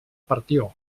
partió